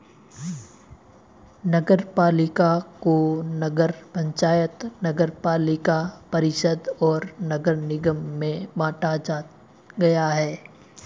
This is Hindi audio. नगरपालिका को नगर पंचायत, नगरपालिका परिषद और नगर निगम में बांटा गया है